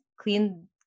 clean